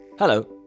Hello